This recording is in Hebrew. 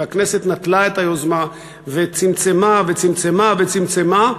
והכנסת נטלה את היוזמה וצמצמה וצמצמה וצמצמה,